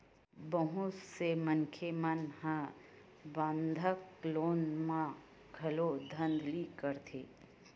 बहुत से मनखे मन ह बंधक लोन म घलो धांधली करथे